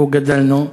שבו גדלנו,